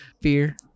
fear